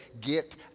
get